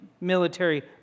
military